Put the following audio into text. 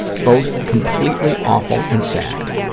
both completely awful and sad.